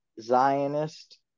Zionist